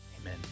Amen